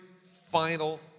final